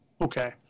okay